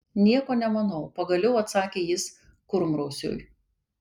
nieko nemanau pagaliau atsakė jis kurmrausiui